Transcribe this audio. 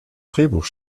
drehbuch